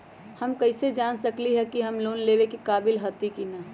हम कईसे जान सकली ह कि हम लोन लेवे के काबिल हती कि न?